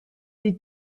die